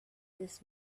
this